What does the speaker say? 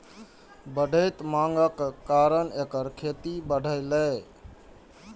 बढ़ैत मांगक कारण एकर खेती बढ़लैए